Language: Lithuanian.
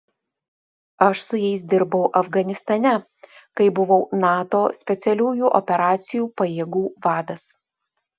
aš su jais dirbau afganistane kai buvau nato specialiųjų operacijų pajėgų vadas